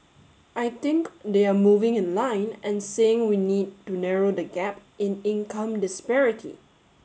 I think they are moving in line and saying we need to narrow the gap in income disparity